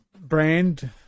brand